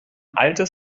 altes